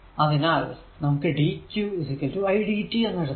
അതിനാൽ നമുക്ക് dq i dt എന്ന് എഴുതാം